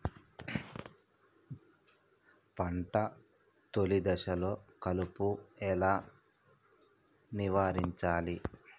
పంట తొలి దశలో కలుపు ఎలా నివారించాలి?